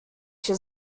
się